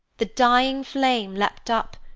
the dying flame leaped up,